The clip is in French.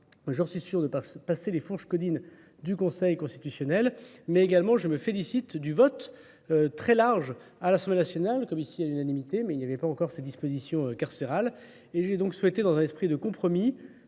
je suis sûr de passer les fourches codines du conseil constitutionnel mais également je me félicite du vote très large à l'Assemblée nationale comme ici à l'unanimité mais il n'y avait pas encore ces dispositions carcérales et j'ai donc souhaité dans un esprit de compromis